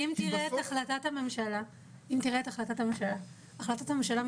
אני חושב שגם בתי החולים יסכימו בהקשר הזה שהצינור הזה הוא